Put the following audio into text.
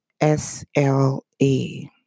SLE